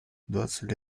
двадцать